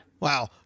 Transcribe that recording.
Wow